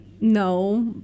no